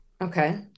Okay